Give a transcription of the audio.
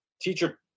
Teacher